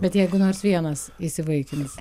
bet jeigu nors vienas įsivaikins